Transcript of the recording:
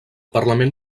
parlament